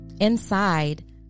Inside